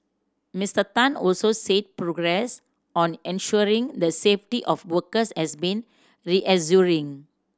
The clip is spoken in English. Mister Tan also said progress on ensuring the safety of workers has been reassuring